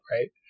right